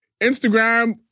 instagram